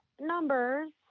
numbers